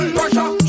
pressure